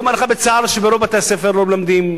אבל אני אומר לך בצער שברוב בתי-הספר לא מלמדים,